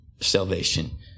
salvation